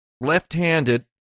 left-handed